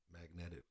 magnetic